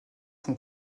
font